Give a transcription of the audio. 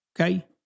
Okay